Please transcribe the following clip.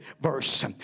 verse